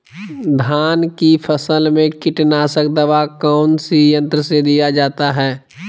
धान की फसल में कीटनाशक दवा कौन सी यंत्र से दिया जाता है?